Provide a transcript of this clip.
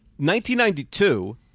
1992